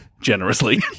Generously